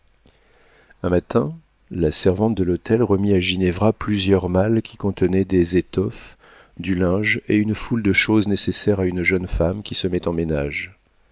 un matin la servante de l'hôtel remit à ginevra plusieurs malles qui contenaient des étoffes du linge et une foule de choses nécessaires à une jeune femme qui se met en ménage